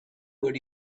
would